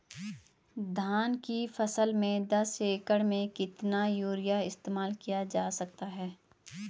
धान की फसल में दस एकड़ में कितना यूरिया इस्तेमाल किया जा सकता है?